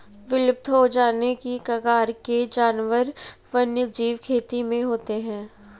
विलुप्त हो जाने की कगार के जानवर वन्यजीव खेती में होते हैं